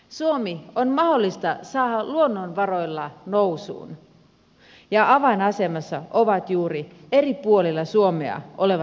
suomi on mahdollista saada luonnonvaroilla nousuun ja avainasemassa ovat juuri eri puolilla suomea olevat luonnonvarat